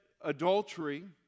adultery